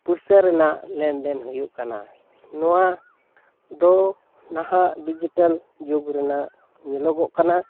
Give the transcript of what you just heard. ᱯᱚᱭᱥᱟ ᱨᱮᱱᱟᱜ ᱞᱮᱱᱫᱮᱱ ᱦᱩᱭᱩᱜ ᱠᱟᱱᱟ ᱱᱚᱣᱟ ᱫᱚ ᱱᱟᱦᱟᱜ ᱰᱤᱡᱤᱴᱮᱞ ᱡᱩᱜᱽ ᱨᱮᱱᱟᱜ ᱧᱮᱞᱚᱜᱚᱜ ᱠᱟᱱᱟ